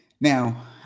Now